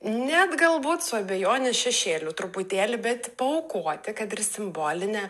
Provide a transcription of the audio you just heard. net galbūt su abejonės šešėliu truputėlį bet paaukoti kad ir simbolinę